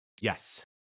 Yes